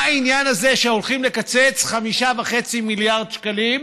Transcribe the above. מה העניין הזה שהולכים לקצץ 5.5 מיליארד שקלים,